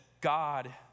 God